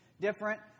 different